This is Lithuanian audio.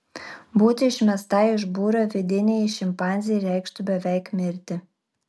būti išmestai iš būrio vidinei šimpanzei reikštų beveik mirti